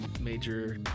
major